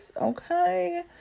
okay